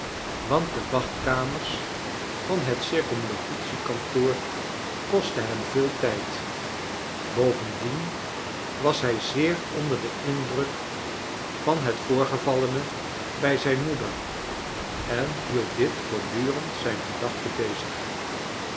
want de wachtkamers van het circumlocutie kantoor kostten hem veel tijd bovendien was hij zeer onder den indruk van het voorgevallene bij zijn inoeder en hield dit voortdurend zijn gedachten bezig